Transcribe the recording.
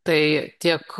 tai tiek